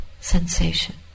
sensation